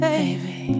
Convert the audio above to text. Baby